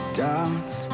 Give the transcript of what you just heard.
doubts